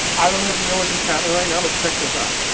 i don't know if you know what just happened right now but check this out.